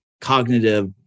cognitive